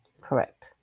Correct